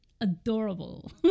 adorable